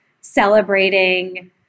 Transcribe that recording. celebrating